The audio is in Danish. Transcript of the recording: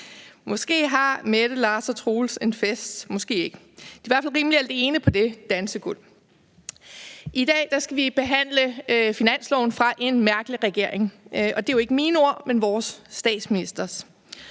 Måske har Mette, Lars og Troels en fest, måske ikke. De er i hvert fald rimelig alene på det dansegulv. I dag skal vi behandle forslaget til finanslov fra en mærkelig regering, og det er jo ikke mine ord, men vores statsministers,